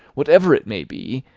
whatever it may be,